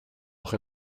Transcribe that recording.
auch